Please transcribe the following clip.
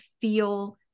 feel